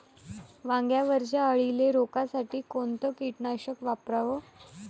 वांग्यावरच्या अळीले रोकासाठी कोनतं कीटकनाशक वापराव?